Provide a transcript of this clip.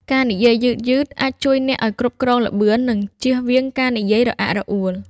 ការនិយាយយឺតៗអាចជួយអ្នកឱ្យគ្រប់គ្រងល្បឿន និងជៀសវាងការនិយាយរអាក់រអួល។